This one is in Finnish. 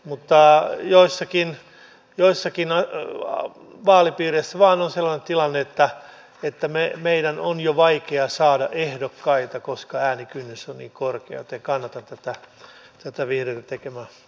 mutta joissakin vaalipiireissä vain on sellainen tilanne että meidän on jo vaikea saada ehdokkaita koska äänikynnys on niin korkea joten kannatan tätä vihreiden tekemää lausumaa